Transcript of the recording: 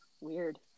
weird